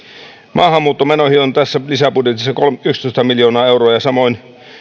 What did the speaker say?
maahanmuuttomenoihin on tässä lisäbudjetissa yksitoista miljoonaa euroa ja samoin